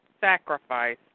sacrifice